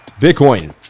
bitcoin